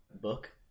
book